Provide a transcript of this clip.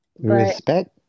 Respect